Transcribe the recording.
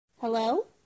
Hello